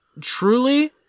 Truly